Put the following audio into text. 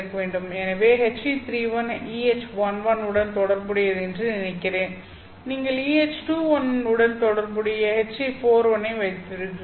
எனவே HE31 EH11 உடன் தொடர்புடையது என்று நினைக்கிறேன் நீங்கள் EH21 உடன் தொடர்புடைய HE41 ஐ வைத்திருக்கிறீர்கள்